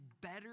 better